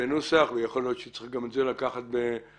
בנוסח, ויכול להיות שגם את זה צריך לקחת בחשבון.